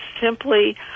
simply